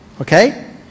Okay